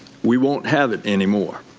we won't have it anymore.